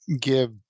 give